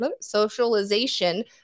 socialization